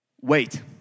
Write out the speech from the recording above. Wait